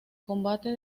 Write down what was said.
combate